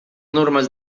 normes